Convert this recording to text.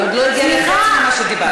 היא עוד לא הגיעה לחצי ממה שדיברת.